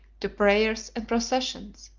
to prayers and processions,